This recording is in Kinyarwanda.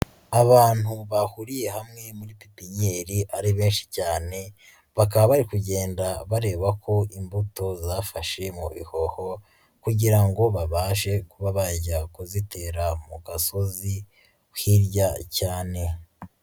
Abantu bahuriye hamwe muri pipinyeri ari benshi cyane, bakaba bari kugenda bareba ko imbuto zafashe mu bihoho kugira ngo babashe kuba bajya kuzitera mu gasozi hirya cyane.